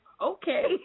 Okay